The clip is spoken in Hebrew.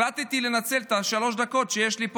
החלטתי לנצל את שלוש הדקות שיש לי פה